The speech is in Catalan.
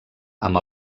amb